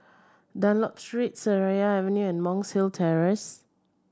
Dunlop Street Seraya Avenue Monk's Hill Terrace